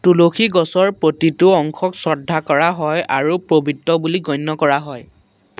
তুলসী গছৰ প্ৰতিটো অংশক শ্ৰদ্ধা কৰা হয় আৰু পবিত্ৰ বুলি গণ্য কৰা হয়